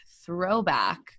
throwback